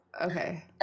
okay